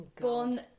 born